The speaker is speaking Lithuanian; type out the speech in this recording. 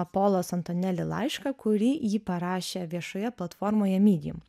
polos antoneli laišką kurį jį parašė viešoje platformoje midijum